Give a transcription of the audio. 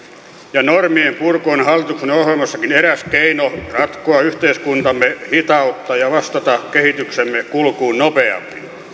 ja normien purku on hallituksen ohjelmassakin eräs keino ratkoa yhteiskuntamme hitautta ja vastata kehityksemme kulkuun nopeammin